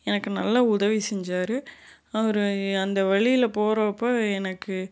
எனக்கு நல்ல உதவி செஞ்சாரு அவர் அந்த வழியில் போகிறப்ப எனக்கு